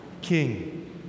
King